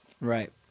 Right